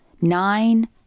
Nine